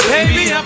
Baby